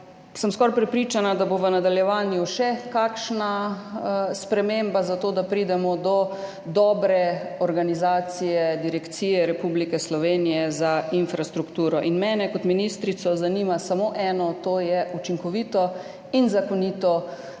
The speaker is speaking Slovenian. Sem skoraj prepričana, da bo v nadaljevanju še kakšna sprememba, zato da pridemo do dobre organizacije Direkcije Republike Slovenije za infrastrukturo. Mene kot ministrico zanima samo eno, to je učinkovito in zakonito